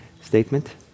statement